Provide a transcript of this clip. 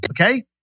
Okay